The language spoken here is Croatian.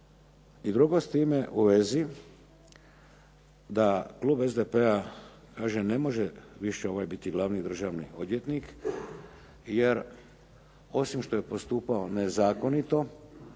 I drugo s time u vezi, da Klub SDP-a kaže ne može biti ovaj više državni odvjetnik, jer osim što je postupao nezakonito,